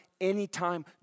anytime